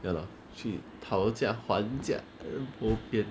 ya lor 去讨价还价 bo pian